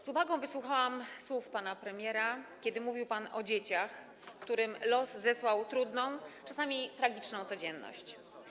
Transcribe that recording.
Z uwagą wysłuchałam słów pana premiera, kiedy mówił pan o dzieciach, którym los zesłał trudną, czasami tragiczną codzienność.